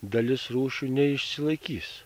dalis rūšių neišsilaikys